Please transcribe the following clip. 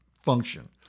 function